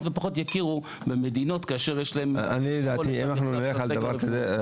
ופחות יכירו במדינות כאשר נצטרך להתעסק בזה.